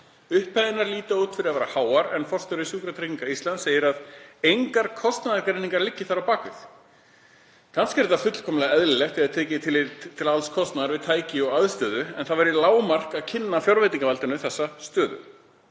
Upphæðirnar líta út fyrir að vera háar en forstjóri Sjúkratrygginga segir að engar kostnaðargreiningar liggi þarna á bak við. Kannski er þetta fullkomlega eðlilegt þegar tekið er tillit til alls kostnaðar við tæki og aðstöðu en það væri lágmark að kynna fjárveitingavaldinu þessa stöðu.